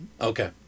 okay